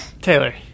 Taylor